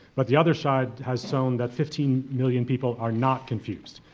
but the other side has shown that fifteen million people are not confused,